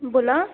बोला